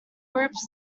groups